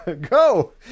Go